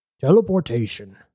Teleportation